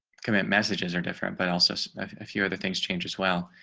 commit messages are different, but also so a few other things changed as well.